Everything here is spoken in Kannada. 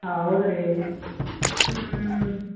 ಹೌದ್ರೀ ಹ್ಞೂ